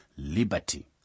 liberty